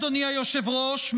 אדוני היושב-ראש,